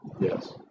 Yes